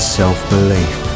self-belief